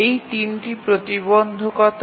এই তিনটি প্রতিবন্ধকতা